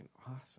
awesome